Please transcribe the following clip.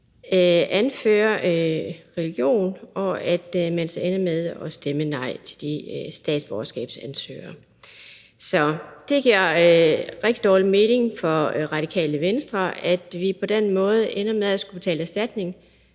anfører religion og man så ender med at stemme nej til de statsborgerskabsansøgere. Så det giver rigtig dårlig mening for Radikale Venstre, at vi på den måde ender med at skulle betale erstatning